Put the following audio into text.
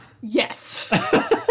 yes